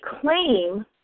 claim